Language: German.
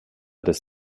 des